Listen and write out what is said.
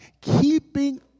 keeping